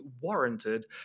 warranted